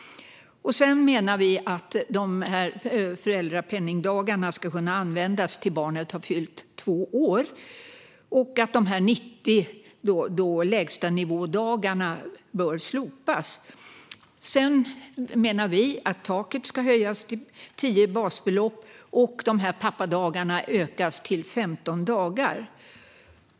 Vi menar att föräldrapenningdagarna ska kunna användas tills barnet har fyllt två år och de 90 lägstanivådagarna bör slopas. Vidare menar vi att taket ska höjas till tio basbelopp och att pappadagarna ökas till 15 dagar.